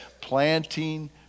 planting